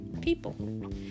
people